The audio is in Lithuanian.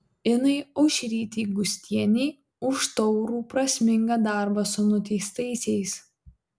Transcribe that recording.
inai aušrytei gustienei už taurų prasmingą darbą su nuteistaisiais